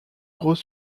gros